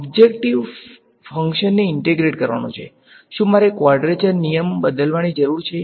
objective ફંક્શનને integrate કરવાનો છે શું મારે કવાડ્રેચર નિયમ બદલવાની જરૂર છે